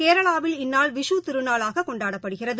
கேரளாவில் இந்நாள் விஷூ திருநாளாகக் கொண்டாடப்படுகிறது